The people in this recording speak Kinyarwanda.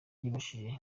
yibajije